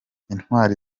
intwari